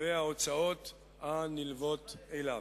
וההוצאות הנלוות אליו.